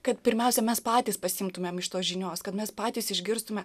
kad pirmiausia mes patys pasiimtumėm iš tos žinios kad mes patys išgirstume